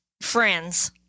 friends